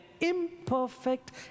imperfect